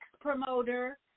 promoter